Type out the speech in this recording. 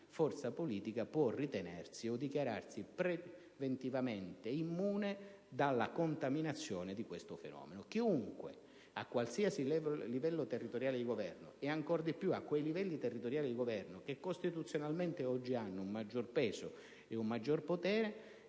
e nessuna può ritenersi o dichiararsi preventivamente immune dalla contaminazione di questo fenomeno. A qualsiasi livello territoriale di governo, e ancora di più a quei livelli che costituzionalmente hanno un maggior peso e un maggior potere,